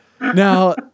Now